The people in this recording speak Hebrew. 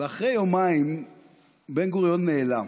ואחרי יומיים בן-גוריון נעלם.